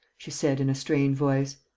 she said, in a strained voice,